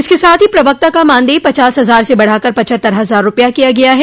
इसके साथ ही प्रवक्ता का मानदेय पचास हजार से बढ़ाकर पचहत्तर हजार रूपया किया गया है